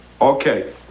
Okay